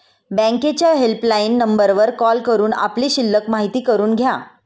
बँकेच्या हेल्पलाईन नंबरवर कॉल करून आपली शिल्लक माहिती करून घ्या